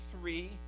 three